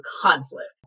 conflict